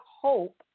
hope